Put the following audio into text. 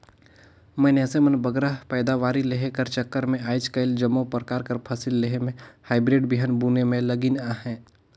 मइनसे मन बगरा पएदावारी लेहे कर चक्कर में आएज काएल जम्मो परकार कर फसिल लेहे में हाईब्रिड बीहन बुने में लगिन अहें